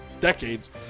decades